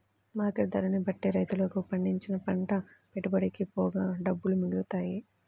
market ధరని బట్టే రైతులకు పండించిన పంట పెట్టుబడికి పోగా డబ్బులు మిగులుతాయి